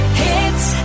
hits